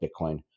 Bitcoin